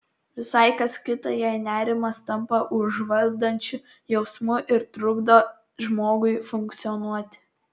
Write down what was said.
visai kas kita jei nerimas tampa užvaldančiu jausmu ir trukdo žmogui funkcionuoti